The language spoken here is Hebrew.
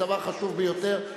זה דבר חשוב ביותר,